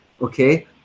okay